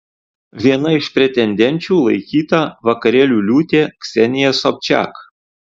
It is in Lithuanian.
viena iš pretendenčių laikyta vakarėlių liūtė ksenija sobčiak